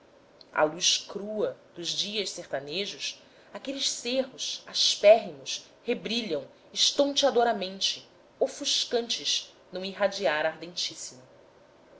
à luz crua dos dias sertanejos aqueles cerros aspérrimos rebrilham estonteadoramente ofuscantes num irradiar ardentíssimo